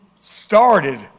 started